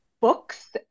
books